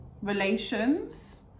relations